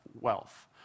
wealth